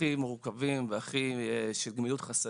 הכי מורכבים ועם הכי גמילות חסדים,